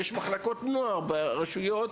יש מחלקות נוער ברשויות,